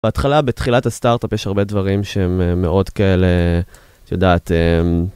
בהתחלה, בתחילת הסטארט-אפ יש הרבה דברים שהם מאוד כאלה... את יודעת...